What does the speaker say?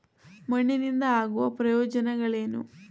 ಮಣ್ಣಿನಿಂದ ಆಗುವ ಪ್ರಯೋಜನಗಳೇನು?